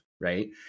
right